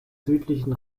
südlichen